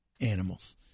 Animals